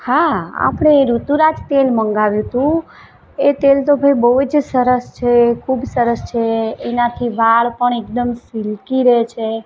હા આપણે ઋતુરાજ તેલ મંગાવ્યું હતું એ તેલ તો ભઈ બહુ જ સરસ છે ખૂબ સરસ છે એનાથી વાળ પણ એકદમ સિલ્કી રહે છે